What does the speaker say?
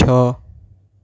છ